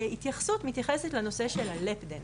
התייחסות מתייחסת לנושא של ה"לאפ דאנס",